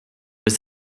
was